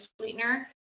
sweetener